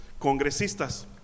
congresistas